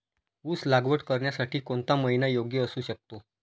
ऊस लागवड करण्यासाठी कोणता महिना योग्य असू शकतो?